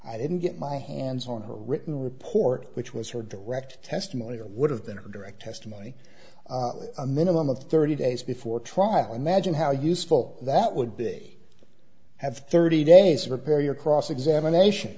i didn't get my hands on her written report which was her direct testimony i would have their direct testimony a minimum of thirty days before trial imagine how useful that would be have thirty days to prepare your cross examination